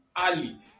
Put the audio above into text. Early